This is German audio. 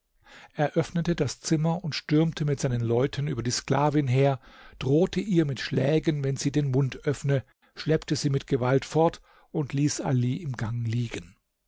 öffnete das zimmer und stürmte mit seinen leuten über die sklavin her drohte ihr mit schlägen wenn sie den mund öffne schleppte sie mit gewalt fort und ließ ali im gang liegen